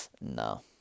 No